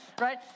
right